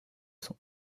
sont